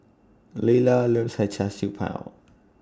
Leila loves He Char Siew Bao